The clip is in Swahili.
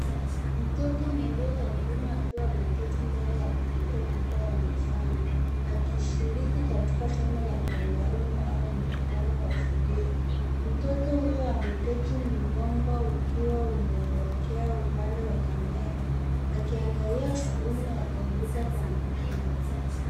Mtoto mdogo wa kiume akiwa ameketi mbele ya kompyuta kubwa ya mezani akishiriki katika somo la mtandaoni au mkutano wa video . Mtoto huyo ameketi mgongo ukiwa umeelekea upande wa kamera, akiangalia skrini ya kompyuta kwa makini.